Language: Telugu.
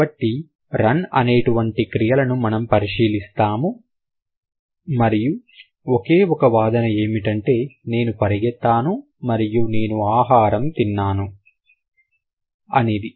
కాబట్టి రన్ అనేటువంటి క్రియలను మనము పరిశీలిస్తాము మరియు ఒకే ఒక వాదన ఏమిటంటే నేను పరిగెత్తాను మరియు నేను ఆహారం తిన్నాను అనేది